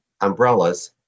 umbrellas